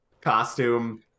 costume